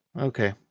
Okay